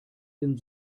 dem